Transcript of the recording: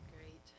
Great